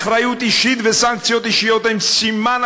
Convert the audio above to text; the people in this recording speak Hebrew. "אחריות אישית וסנקציות אישיות הן סימן